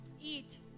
Eat